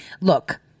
look